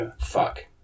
Fuck